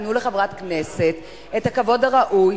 תנו לחברת הכנסת את הכבוד הראוי,